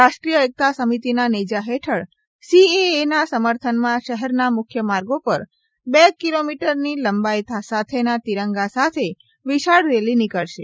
રાષ્ટ્રીય એકતા સમિતિના નેજા હેઠળ સીએએ ના સમર્થનમાં શહેરના મુખ્ય માર્ગો પર બે કિલો મીટરની લંબાઈ સાથેના તિરંગા સાથે વિશાળ રેલી નીકળશે